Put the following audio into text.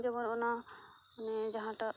ᱡᱮᱢᱚᱱ ᱚᱱᱟ ᱢᱟᱱᱮ ᱡᱟᱦᱟᱸᱴᱟᱜ